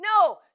No